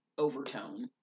overtone